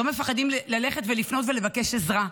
לא מפחדים לפנות ולבקש עזרה.